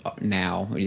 now